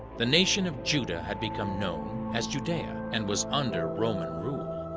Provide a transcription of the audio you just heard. the nation of judah had become known as judaea and was under roman rule.